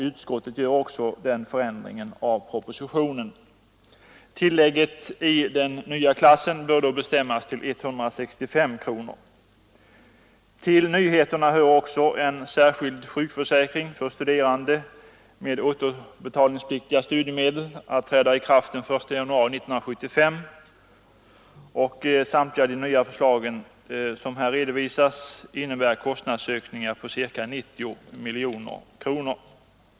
Utskottet föreslår också den förändringen av propositionen. Tillägget i den nya klassen bör då bestämmas till 165 kronor. Till nyheterna hör också en särskild sjukförsäkring för studerande med återbetalningspliktiga studiemedel att träda i kraft den 1 januari 1975. Samtliga de nya förslag som redovisas innebär kostnadsökningar på ca 90 miljoner kronor.